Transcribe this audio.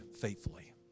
faithfully